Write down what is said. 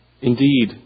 indeed